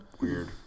Weird